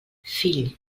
fill